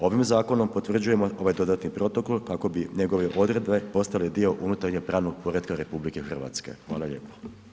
Ovim zakonom potvrđujemo ovaj dodatni protokol kako bi njegove odredbe postale dio unutarnjeg pravnog poretka RH, hvala lijepo.